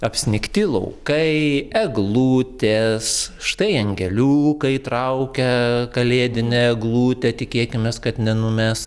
apsnigti laukai eglutės štai angeliukai traukia kalėdinę eglutę tikėkimės kad nenumes